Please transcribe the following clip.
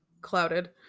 clouded